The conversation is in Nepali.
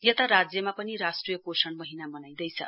यता राज्यमा पनि राष्ट्रिय पोषण महीना मनाइँदैछ